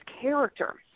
character